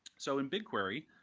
so in bigquery,